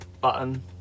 Button